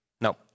No